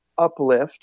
uplift